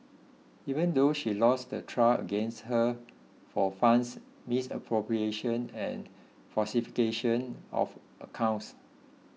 even though she lost the trial against her for funds misappropriation and falsification of accounts